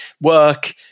work